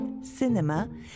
cinema